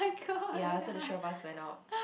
ya so the three of us went out